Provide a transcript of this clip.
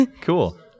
Cool